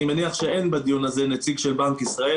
אני מניח שאין נציג של בנק ישראל,